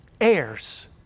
heirs